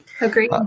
agree